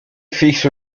fixe